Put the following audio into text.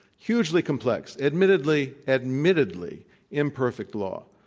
hugely complex, admittedly, admittedly imperfect law,